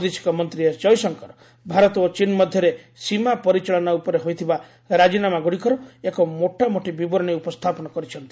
ବୈଦେଶିକ ମନ୍ତ୍ରୀ ଏସ୍ ଜୟଶଙ୍କର ଭାରତ ଓ ଚୀନ୍ ମଧ୍ୟରେ ସୀମା ପରିଚାଳନା ଉପରେ ହୋଇଥିବା ରାଜିନାମା ଗୁଡ଼ିକର ଏକ ମୋଟାମୋଟି ବିବରଣୀ ଉପସ୍ଥାପନ କରିଛନ୍ତି